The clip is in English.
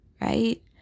Right